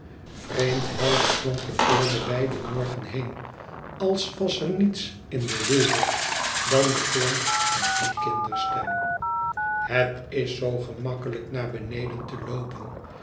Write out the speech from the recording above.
vreemd helder klonk het door den wijden morgen heen als was er niets in de wereld dan den klank van die kinderstem het is zoo gemakkelijk naar beneden te loopen